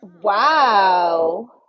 Wow